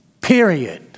period